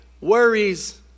worries